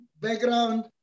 background